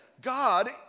God